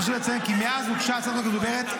חשוב לציין כי מאז הוגשה הצעת החוק המדוברת,